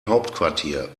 hauptquartier